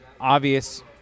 obvious